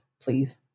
please